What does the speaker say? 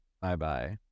Bye-bye